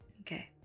okay